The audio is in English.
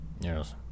Yes